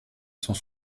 cent